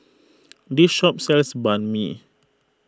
this shop sells Banh Mi